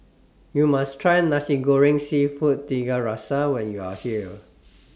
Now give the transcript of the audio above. YOU must Try Nasi Goreng Seafood Tiga Rasa when YOU Are here